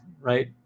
Right